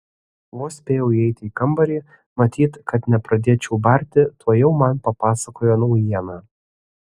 vos spėjau įeiti į kambarį matyt kad nepradėčiau barti tuojau man papasakojo naujieną